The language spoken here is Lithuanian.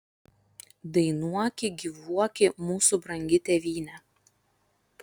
dainuoki gyvuoki mūsų brangi tėvyne